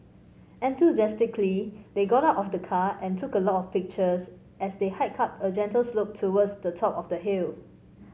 enthusiastically they got out of the car and took a lot of pictures as they hiked up a gentle slope towards the top of the hill